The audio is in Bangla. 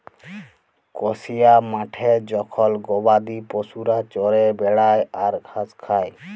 কসিয়া মাঠে জখল গবাদি পশুরা চরে বেড়ায় আর ঘাস খায়